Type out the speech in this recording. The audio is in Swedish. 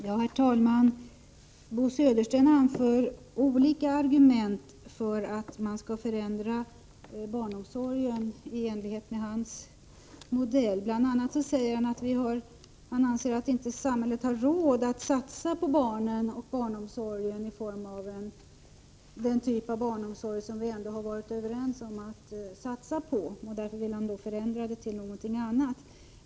Herr talman! Bo Södersten anför olika argument för att man skall förändra barnomsorgen i enlighet med hans modell. Bl. a. säger han att han anser att samhället inte har råd att satsa på barnen och på den typ av barnomsorg som vi ändå har varit överens om att satsa på. Därför vill han förändra den.